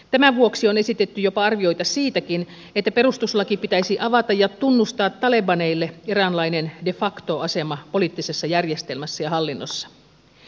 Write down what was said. tämän vuoksi on esitetty arvioita jopa siitäkin että perustuslaki pitäisi avata ja tunnustaa talibaneille eräänlainen de facto asema poliittisessa järjestelmässä ja hallinnossa